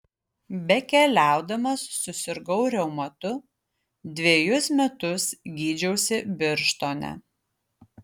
bekeliaudamas susirgau reumatu dvejus metus gydžiausi birštone